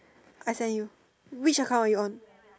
I send you which account are you on